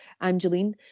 Angeline